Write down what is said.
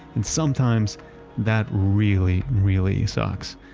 and sometimes that really, really sucks.